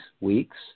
weeks